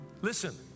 listen